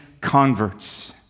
converts